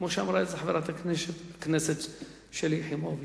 כמו שאמרה חברת הכנסת שלי יחימוביץ,